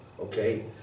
okay